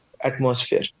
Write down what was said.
atmosphere